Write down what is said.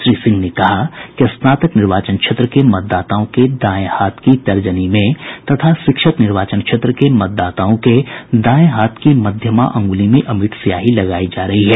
श्री सिंह ने कहा कि स्नातक निर्वाचन क्षेत्र के मतदाताओं के दायें हाथ की तर्जनी में तथा शिक्षक निर्वाचन क्षेत्र के मतदाताओं के दायें हाथ की मध्यमा अंगुली में अमिट स्याही लगायी जा रही है